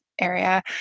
area